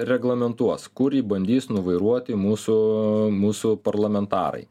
reglamentuos kur jį bandys nuvairuoti mūsų mūsų parlamentarai